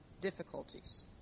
difficulties